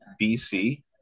BC